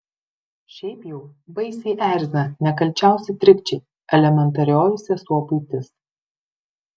šiaip jau baisiai erzina nekalčiausi trikdžiai elementarioji sesuo buitis